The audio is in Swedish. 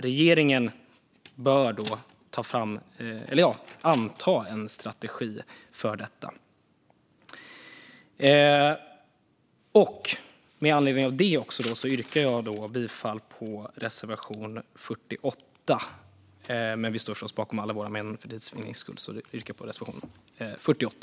Regeringen bör därför anta en strategi för det här. Med anledning av detta yrkar jag bifall till reservation 48. Jag står förstås bakom alla våra reservationer men för tids vinnande yrkar jag endast bifall till nummer 48.